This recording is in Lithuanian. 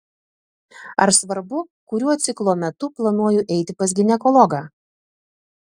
ar svarbu kuriuo ciklo metu planuoju eiti pas ginekologą